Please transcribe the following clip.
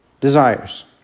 desires